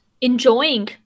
enjoying